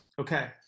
Okay